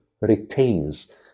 retains